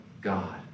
God